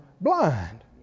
blind